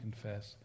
confess